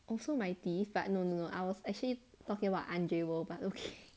also my teeth but no no no I was actually talking about andreu world but okay